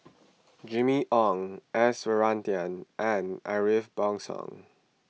Jimmy Ong S Varathan and Ariff Bongso